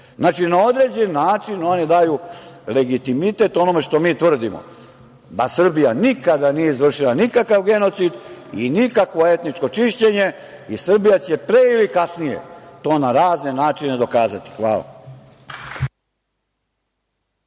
Znači, na određen način oni daju legitimitet onome što mi tvrdimo, da Srbija nikada nije izvršila nikakav genocid i nikakvo etničko čišćenje i Srbija će, pre ili kasnije, to na razne načine dokazati. Hvala.